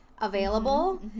available